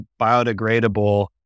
biodegradable